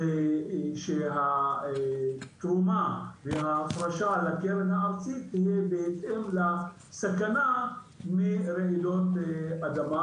אז שהתרומה וההפרשה לקרן הארצית תהיה בהתאם לסכנה מרעידות אדמה